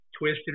twisted